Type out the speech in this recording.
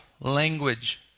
language